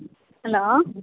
hello